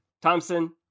Thompson